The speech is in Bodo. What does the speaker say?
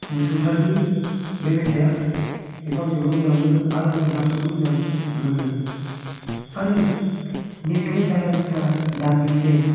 बसुमतारिनि बे मेथाया बेखौ आं जोबोद मोजां मोनो आरो आं रोजाबनोबो मोजां मोनो आरो नेथ' जारां सान दान्दिसे